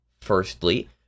Firstly